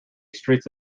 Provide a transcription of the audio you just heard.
streets